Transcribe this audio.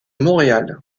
montréal